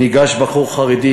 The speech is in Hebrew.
ניגש בחור חרדי,